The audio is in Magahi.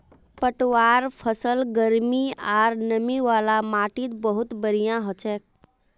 पटवार फसल गर्मी आर नमी वाला माटीत बहुत बढ़िया हछेक